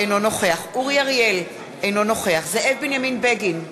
אינו נוכח אורי אריאל, אינו נוכח זאב בנימין בגין,